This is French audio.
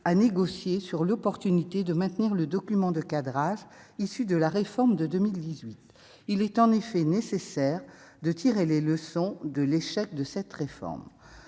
à négocier sur l'opportunité de maintenir le document de cadrage issues de la réforme de 2018, il est en effet nécessaire de tirer les leçons de l'échec de cette réforme,